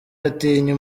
atinya